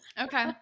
Okay